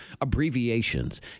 abbreviations